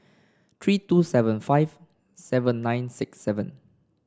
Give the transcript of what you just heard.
three two seven five seven nine six seven